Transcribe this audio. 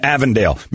Avondale